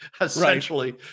essentially